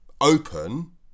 open